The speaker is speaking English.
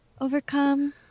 overcome